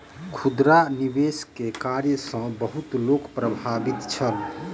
खुदरा निवेश के कार्य सॅ बहुत लोक प्रभावित छल